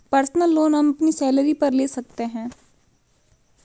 personal loan हम अपनी salary पर ले सकते है